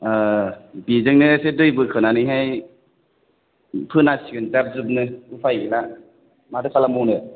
आह बेजोंनो दै बोखोनानैहाय फोनांसिगोन जाब जोबनो उफाय गैला माथो खालामबावनो